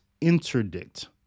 interdict